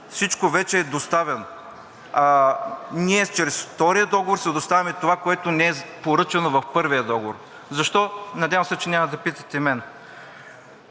всичко вече е доставено. Ние чрез втория договор ще доставим това, което не е поръчано в първия договор. Защо?! Надявам се, че няма да питате мен.